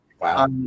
Wow